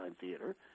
Theater